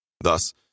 Thus